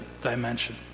dimension